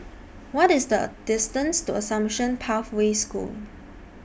What IS The distance to Assumption Pathway School